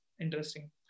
interesting